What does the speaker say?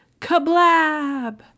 kablab